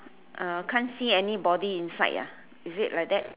uh can't see anybody inside ah is it like that